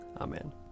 Amen